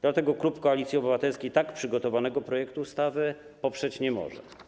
Dlatego klub Koalicji Obywatelskiej tak przygotowanego projektu ustawy poprzeć nie może.